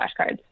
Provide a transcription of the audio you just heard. flashcards